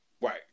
Right